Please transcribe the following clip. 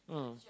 mm